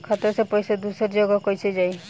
खाता से पैसा दूसर जगह कईसे जाई?